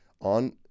on